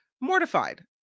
Mortified